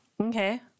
Okay